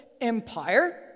empire